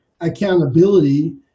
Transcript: accountability